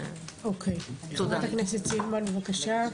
חברת הכנסת סילמן, בבקשה.